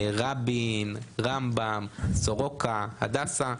רבין, רמב"ם, סורוקה, הדסה.